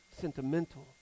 sentimental